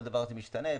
בכל דבר זה משתנה,